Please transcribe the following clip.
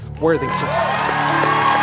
Worthington